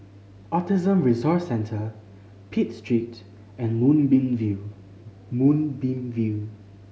Autism Resource Centre Pitt Street and Moonbeam View Moonbeam View